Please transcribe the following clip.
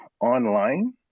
online –